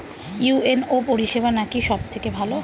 UNO পরিসেবা নাকি সব থেকে ভালো?